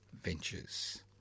ventures